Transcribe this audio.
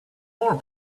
more